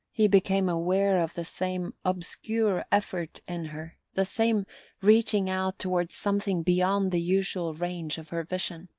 he became aware of the same obscure effort in her, the same reaching out toward something beyond the usual range of her vision.